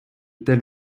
telle